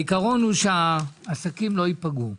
העיקרון הוא שהעסקים לא ייפגעו.